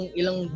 ilang